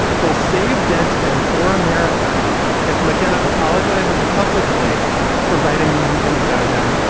he'll save deadspin for america if mckenna apologizes publicly for writing mean things about him.